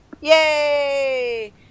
Yay